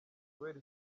kubera